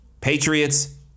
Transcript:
Patriots